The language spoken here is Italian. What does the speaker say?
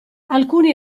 alcuni